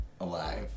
alive